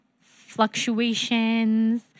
fluctuations